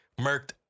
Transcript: murked